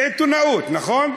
זה עיתונאות, נכון?